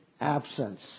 absence